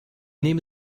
nehme